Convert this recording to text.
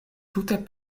tute